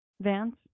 Vance